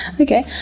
Okay